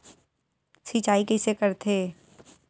सिंचाई कइसे करथे?